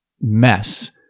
mess